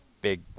big